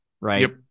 Right